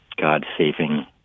God-saving